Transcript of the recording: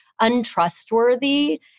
untrustworthy